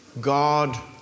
God